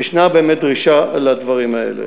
כי יש באמת דרישה לדברים האלה.